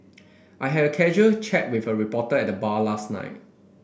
I had a casual chat with a reporter at the bar last night